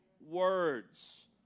words